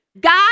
God